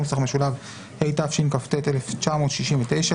התשכ"ט 1969,